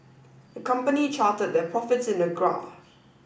the company charted their profits in a graph